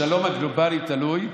השלום הגלובלי תלוי,